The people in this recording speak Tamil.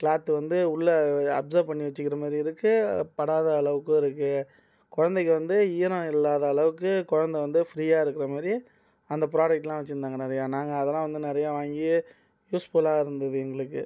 க்ளாத் வந்து உள்ள அப்சர்ப் பண்ணி வச்சிக்கிற மாரியும் இருக்கு படாத அளவுக்கும் இருக்கு குழந்தக்கு வந்து ஈரம் இல்லாத அளவுக்கு குழந்த வந்து ஃப்ரீயாக இருக்கிற மாதிரி அந்த ப்ராடெக்ட்லாம் வச்சுருந்தாங்க நிறையா நாங்கள் அதெல்லாம் வந்து நிறையா வாங்கி யூஸ்ஃபுல்லாக இருந்தது எங்களுக்கு